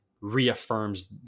reaffirms